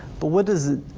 but what does it,